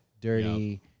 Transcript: dirty